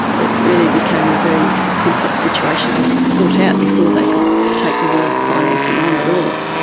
it really became a very complex situation to sort out before they could take the war financing on at all.